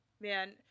Man